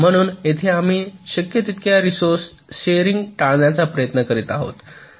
म्हणून येथे आम्ही शक्य तितक्या रेसोर्चे शेरिंग टाळण्याचा प्रयत्न करीत आहोत